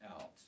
Out